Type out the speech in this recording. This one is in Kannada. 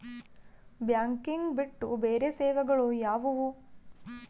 ಬ್ಯಾಂಕಿಂಗ್ ಬಿಟ್ಟು ಬೇರೆ ಸೇವೆಗಳು ಯಾವುವು?